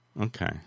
Okay